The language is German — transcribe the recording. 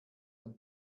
ein